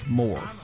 more